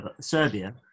Serbia